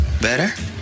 Better